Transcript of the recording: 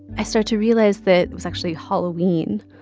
i start to realize that it's actually halloween,